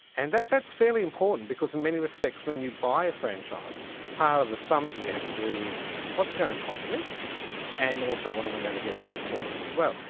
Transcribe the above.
and that's fairly important because in many respects when you buy a franchise part of the sums that you have to do is what's it going to cost me and also what am i going to get back for it as well,